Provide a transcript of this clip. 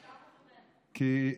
לשם הוא כיוון.